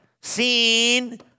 seen